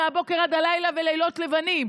מהבוקר עד הלילה ולילות לבנים.